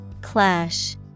Clash